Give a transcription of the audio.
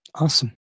Awesome